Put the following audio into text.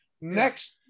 Next